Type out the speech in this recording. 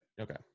Okay